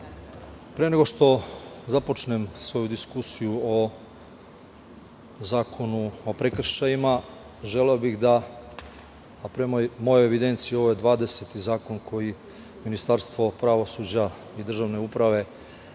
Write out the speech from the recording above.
pre nego što započnem svoju diskusiju o Zakonu o prekršajima, želeo bih da, a prema mojoj evidenciji ovo je dvadeseti zakon koji Ministarstvo pravosuđa i državne uprave